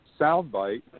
soundbite